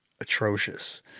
atrocious